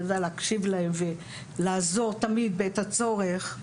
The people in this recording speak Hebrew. ידע להקשיב להם ולעזור תמיד בעת הצורך,